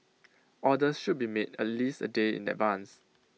orders should be made at least A day in advance